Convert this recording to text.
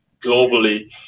globally